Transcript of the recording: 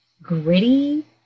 gritty